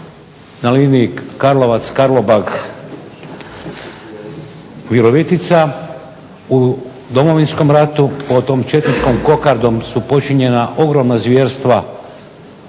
na liniji Karlovac – Karlobag – Virovitica u Domovinskom ratu. Pod tom četničkom kokardom su počinjena ogromna zvjerstva